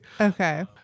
Okay